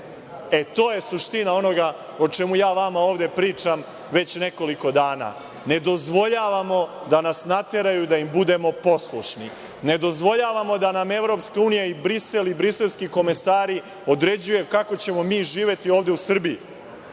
je suština onoga o čemu vam pričam već nekoliko dana, ne dozvoljavamo da nas nateraju da budemo poslušni. Ne dozvoljavamo da nam EU i Brisel i briselski komesari određuju kako ćemo mi živeti ovde u Srbiji.